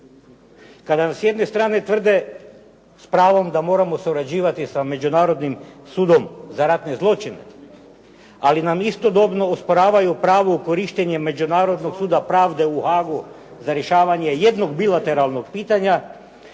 kada nam s jedne strane tvrde s pravom da moramo surađivati sa Međunarodnim sudom za ratne zločine, ali nam istodobno osporavaju pravo korištenja Međunarodnog suda pravde u Haagu za rješavanje jednog bilateralnog pitanja,